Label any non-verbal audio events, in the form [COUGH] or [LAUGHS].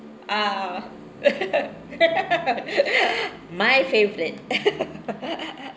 ah [LAUGHS] my favourite [LAUGHS]